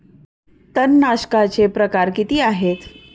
तणनाशकाचे प्रकार किती आहेत?